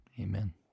Amen